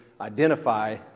identify